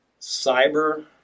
cyber